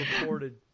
Reported